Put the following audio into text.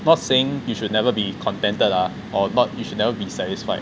not saying you should never be contented ah or not you should never be satisfied